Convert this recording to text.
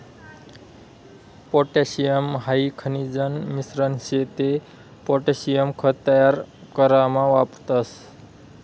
potassium हाई खनिजन मिश्रण शे ते पोटॅशियम खत तयार करामा वापरतस